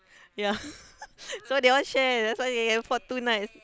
ya so they all share that's why they can afford two nights